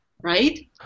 right